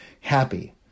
happy